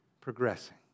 progressing